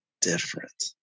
different